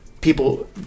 people